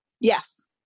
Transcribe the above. Yes